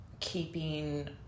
keeping